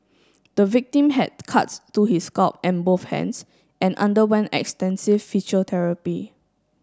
the victim had cuts to his scalp and both hands and underwent extensive physiotherapy